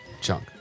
junk